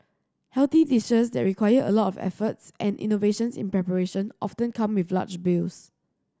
healthy dishes that require a lot of efforts and innovations in preparation often come with large bills